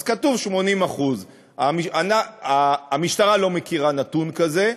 אז כתוב 80%. המשטרה לא מכירה נתון כזה.